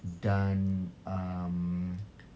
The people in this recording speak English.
dan um